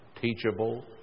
teachable